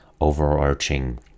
overarching